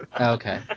Okay